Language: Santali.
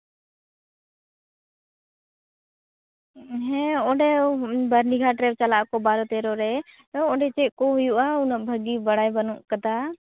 ᱦᱮᱸ ᱚᱸᱰᱮ ᱵᱟᱨᱱᱤᱜᱷᱟᱴ ᱨᱮ ᱪᱟᱞᱟᱜᱼᱟ ᱠᱚ ᱵᱟᱨᱚ ᱛᱮᱨᱚ ᱨᱮ ᱚᱸᱰᱮ ᱪᱮᱫᱠᱚ ᱦᱩᱭᱩᱜᱼᱟ ᱩᱱᱟᱹᱜ ᱵᱷᱟᱜᱮ ᱵᱟᱲᱟᱭ ᱵᱟᱹᱱᱩᱜ ᱠᱟᱫᱟ